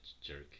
jerk